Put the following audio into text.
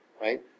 Right